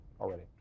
Already